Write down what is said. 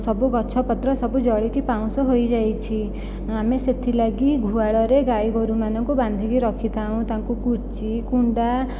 ସବୁ ଗଛ ପତ୍ର ସବୁ ଜଳିକି ପାଉଁଶ ହୋଇଯାଇଛି ଆମେ ସେଥିଲାଗି ଗୁହାଳରେ ଗାଈ ଗୋରୁମାନଙ୍କୁ ବାନ୍ଧିକି ରଖିଥାଉଁ ତାଙ୍କୁ କୁଚି କୁଣ୍ଡା